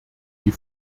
die